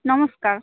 নমস্কার